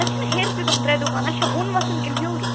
تَتہِ چھِناہ ہیرِ تہِ تِم ترٛےٚ دُکان اَسہِ چھا بۅن وَسُن کِنہٕ ہیوٚر